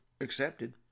accepted